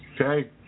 Okay